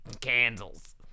candles